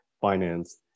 finance